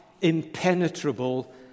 impenetrable